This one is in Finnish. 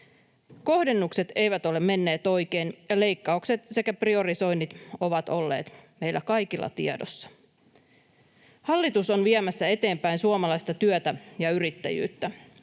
Kohdennukset eivät ole menneet oikein, ja leikkaukset sekä priorisoinnit ovat olleet meillä kaikilla tiedossa. Hallitus on viemässä eteenpäin suomalaista työtä ja yrittäjyyttä.